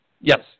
Yes